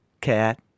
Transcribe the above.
cat